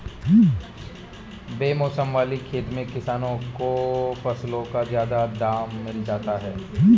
बेमौसम वाली खेती से किसानों को फसलों का ज्यादा दाम मिल जाता है